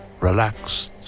relaxed